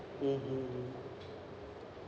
mmhmm